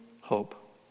hope